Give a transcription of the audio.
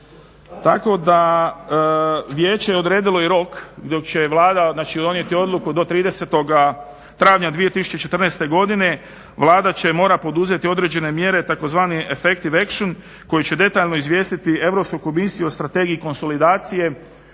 Tako da Vijeće je odredilo i rok dok će Vlada znači donijeti odluku od 30. travnja 2014. godine, Vlada će morati poduzeti određene mjere tzv. efekti …/Govornik se ne razumije./… koji će detaljno izvijestiti Europsku komisiju o strategiji konsolidacije.